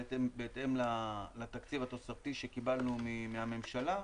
בהתאם לתקציב התוספתי שקיבלנו מהממשלה,